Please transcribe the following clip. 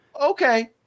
Okay